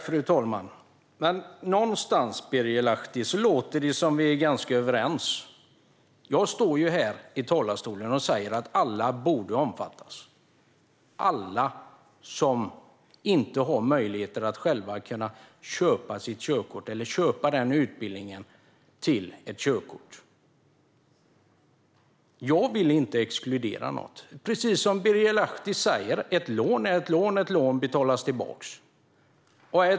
Fru talman! Det låter ju som att Birger Lahti och jag är ganska överens. Jag står i talarstolen och säger att alla som inte har möjlighet att själv köpa utbildningen till ett körkort borde omfattas. Jag vill inte exkludera någon. Precis som Birger Lahti säger är ett lån ett lån och ska betalas tillbaka.